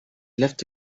left